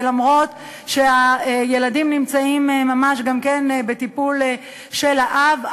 וגם אם הילדים נמצאים ממש גם כן בטיפול האב,